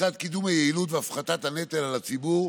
לצד קידום היעילות והפחתת הנטל על הציבור,